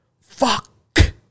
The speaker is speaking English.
fuck